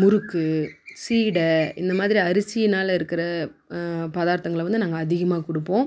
முறுக்கு சீடை இந்தமாதிரி அரிசியினால் இருக்கிற பதார்த்தங்களை வந்து நாங்கள் அதிகமாக கொடுப்போம்